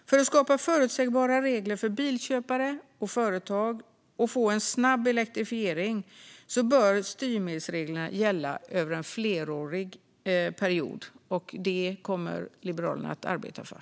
För att skapa förutsägbara regler för bilköpare och företag och få en snabb elektrifiering bör styrmedelsreglerna gälla över en flerårig period. Det kommer Liberalerna att arbeta för.